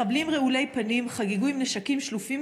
מחבלים רעולי פנים חגגו עם נשקים שלופים,